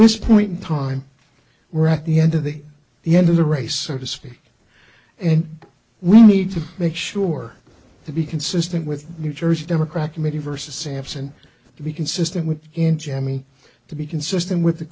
this point in time we're at the end of the the end of the race so to speak and we need to make sure to be consistent with new jersey democrat committee versus sampson to be consistent in jamey to be consistent with the